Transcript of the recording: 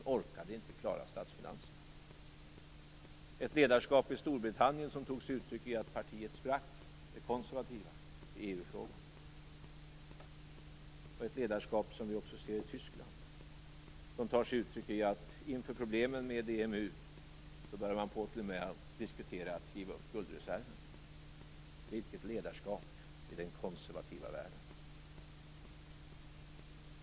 Man orkade inte klara statsfinanserna. I Storbritannien tog sig ledarskapet uttryck i att det konservativa partiet sprack i EU-frågan. Ett sådant ledarskap kan vi se också i Tyskland som tar sig uttryck i att man inför problemen med EMU åter börjar diskutera att skriva upp guldreserverna. Vilket ledarskap i den konservativa världen!